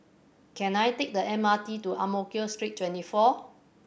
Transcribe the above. can I take the M R T to Ang Mo Kio Street Twenty four